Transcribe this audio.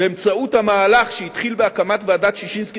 ובאמצעות המהלך שהתחיל בהקמת ועדת-ששינסקי